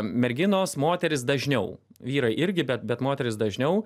merginos moterys dažniau vyrai irgi bet bet moterys dažniau